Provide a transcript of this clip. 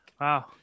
Wow